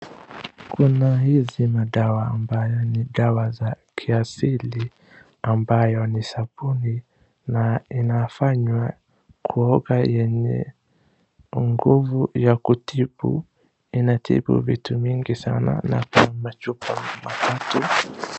Kuna hizi madawa ambayo ni dawa za kiasili ambayo ni sabuni na inafanywa kugeuka yenye nguvu ya kutibu, inatibu vitu mingi sana na iko na machupa matatu.